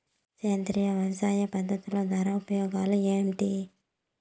సేంద్రియ వ్యవసాయ పద్ధతుల ద్వారా ఉపయోగాలు ఏంటి?